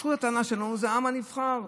זכות הטענה שלנו זה העם הנבחר,